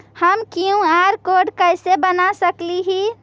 हम QR code कैसे बना सकली ही?